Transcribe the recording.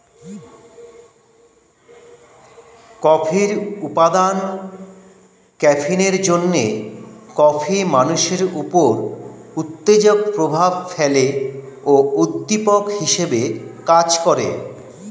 কফির উপাদান ক্যাফিনের জন্যে কফি মানুষের উপর উত্তেজক প্রভাব ফেলে ও উদ্দীপক হিসেবে কাজ করে